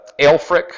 Alfric